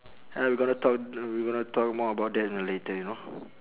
ya we gonna talk we gonna talk more about that in the later you know